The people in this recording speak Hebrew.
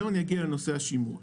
אתייחס עכשיו לנושא השימוע.